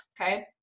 okay